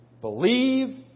Believe